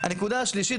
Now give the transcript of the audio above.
הנקודה השלישית,